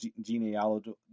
genealogy